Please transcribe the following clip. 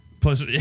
Plus